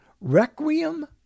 Requiem